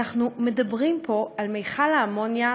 אנחנו מדברים פה על מכל האמוניה,